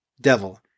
Devil